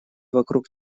вокруг